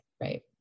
right